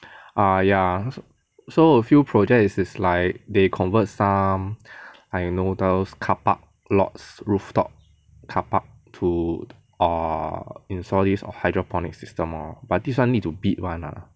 ah ya so a few project is like they convert some I know those car park lots rooftop carpark to err install this hydroponic system lor but this [one] need to bid [one] lah